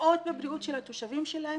פוגעות בבריאות של התושבים שלהן